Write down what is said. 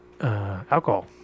alcohol